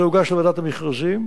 זה הוגש לוועדת המכרזים.